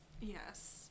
Yes